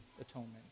atonement